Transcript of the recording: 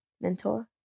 Mentor